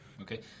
Okay